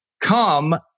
Come